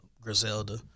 Griselda